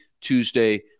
Tuesday